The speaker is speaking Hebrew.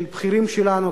של בכירים שלנו,